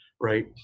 right